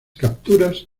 capturas